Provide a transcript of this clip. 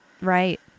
Right